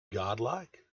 godlike